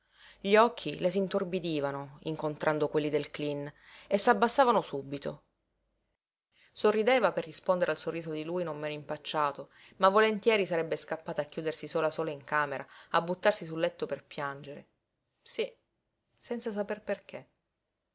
gli occhi le si intorbidivano incontrando quelli del cleen e s'abbassavano subito sorrideva per rispondere al sorriso di lui non meno impacciato ma volentieri sarebbe scappata a chiudersi sola sola in camera a buttarsi sul letto per piangere sí senza saper perché